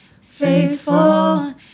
faithful